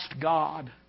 God